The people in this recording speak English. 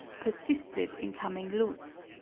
persisted in coming loose.